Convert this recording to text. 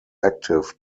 active